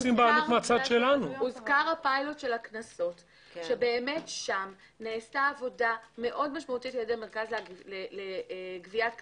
ששם באמת נעשתה עבודה מאוד משמעותית על ידי המרכז לגביית קנסות,